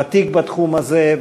הוותיק בתחום הזה,